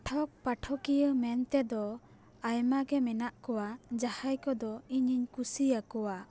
ᱯᱟᱴᱷᱚᱠ ᱯᱟᱴᱷᱚᱠᱤᱭᱟᱹ ᱢᱮᱱ ᱛᱮᱫᱚ ᱟᱭᱢᱟ ᱜᱮ ᱢᱮᱱᱟᱜ ᱠᱚᱣᱟ ᱡᱟᱦᱟᱸᱭ ᱠᱚᱫᱚ ᱤᱧᱤᱧ ᱠᱩᱥᱤᱭᱟᱠᱚᱣᱟ